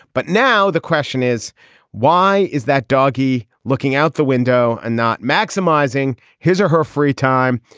but now the question is why is that doggie looking out the window and not maximizing his or her free time,